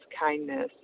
kindness